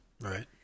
Right